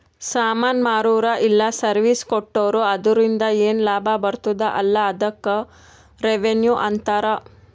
ಸಾಮಾನ್ ಮಾರುರ ಇಲ್ಲ ಸರ್ವೀಸ್ ಕೊಟ್ಟೂರು ಅದುರಿಂದ ಏನ್ ಲಾಭ ಬರ್ತುದ ಅಲಾ ಅದ್ದುಕ್ ರೆವೆನ್ಯೂ ಅಂತಾರ